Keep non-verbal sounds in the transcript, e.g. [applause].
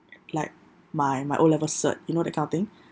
[noise] like my my O level cert you know that kind of thing [breath]